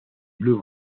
blue